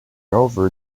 over